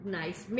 nice